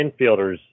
infielders